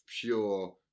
pure